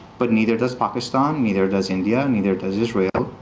but neither does pakistan, neither does india, neither does israel,